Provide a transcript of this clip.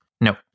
No